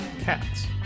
cats